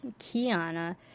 Kiana